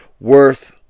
worth